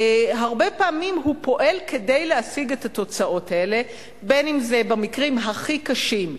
הרבה פעמים הוא פועל כדי להשיג את התוצאות האלה: מהמקרים הכי קשים,